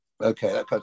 okay